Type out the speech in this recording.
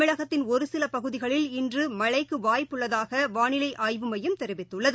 தமிழகத்தின் ஒருசிலபகுதிகளில் இன்றுமழைக்குவாய்ப்புள்ளதாகவானிலைஆய்வு மையம் தெரிவித்துள்ளது